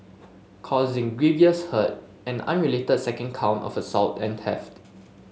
causing grievous hurt an unrelated second count of assault and theft